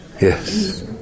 yes